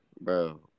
bro